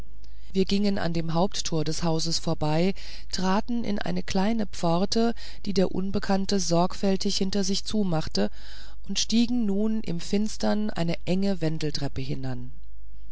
wir gingen an dem haupttor des hauses vorbei traten in eine kleine pforte die der unbekannte sorgfältig hinter sich zumachte und stiegen nun im finstern eine enge wendeltreppe hinan